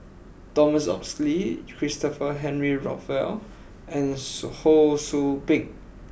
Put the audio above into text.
Thomas Oxley Christopher Henry Rothwell and Ho Sou Ping